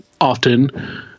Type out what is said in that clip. Often